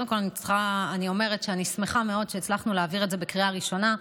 קודם כול אני אומרת שאני שמחה מאוד שהצלחנו להעביר את זה בקריאה ראשונה,